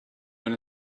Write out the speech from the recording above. when